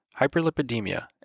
hyperlipidemia